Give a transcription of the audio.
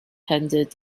handed